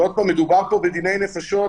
ועוד פעם מדובר פה בדיני נפשות.